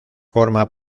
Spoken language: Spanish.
forma